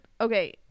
okay